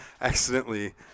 accidentally